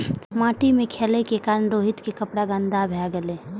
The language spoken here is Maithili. माटि मे खेलै के कारण रोहित के कपड़ा गंदा भए गेलै